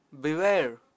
beware